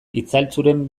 itzaltzuren